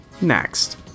Next